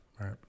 Right